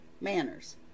manners